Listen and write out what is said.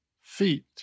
Feet